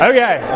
Okay